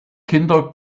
kinder